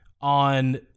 on